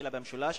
התחילה במשולש,